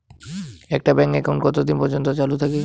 একটা bank account কতদিন পর্যন্ত চালু থাকে?